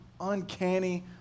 uncanny